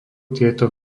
tieto